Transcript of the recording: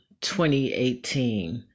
2018